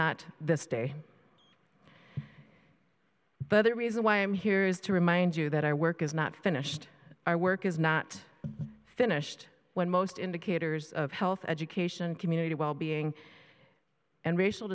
not this day but the reason why i'm here is to remind you that our work is not finished our work is not finished when most indicators of health education community wellbeing and racial